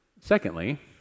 Secondly